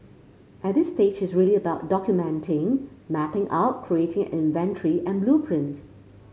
at this stage it's really about documenting mapping out creating an inventory and blueprint